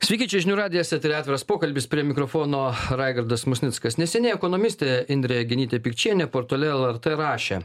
sveiki čia žinių radijas etery atviras pokalbis prie mikrofono raigardas musnickas neseniai ekonomistė indrė genytė pikčienė portale lrt rašė